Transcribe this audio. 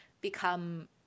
become